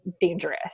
dangerous